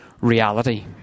reality